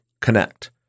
connect